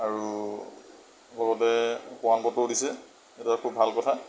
আৰু লগতে প্ৰমান পত্ৰও দিছে সেইটো খুব ভাল কথা